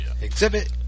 Exhibit